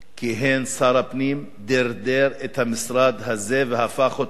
כיהן כשר הפנים הוא דרדר את המשרד הזה והפך אותו,